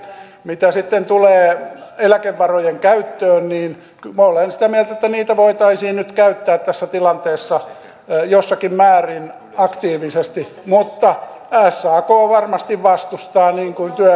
mitä sitten tulee eläkevarojen käyttöön niin olen sitä mieltä että niitä voitaisiin nyt käyttää tässä tilanteessa jossakin määrin aktiivisesti mutta sak varmasti vastustaa niin kuin